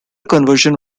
conversion